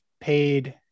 paid